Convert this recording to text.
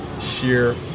sheer